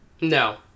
no